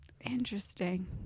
Interesting